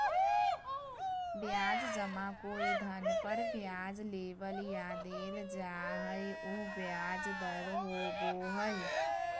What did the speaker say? ब्याज जमा कोई धन पर ब्याज लेबल या देल जा हइ उ ब्याज दर होबो हइ